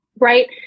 Right